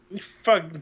Fuck